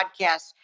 podcast